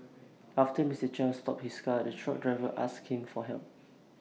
after Mr Chiang stopped his car the truck driver asked him for help